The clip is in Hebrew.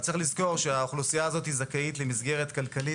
אבל צריך לזכור שהאוכלוסייה הזאת זכאית למסגרת כלכלית